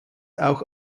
auch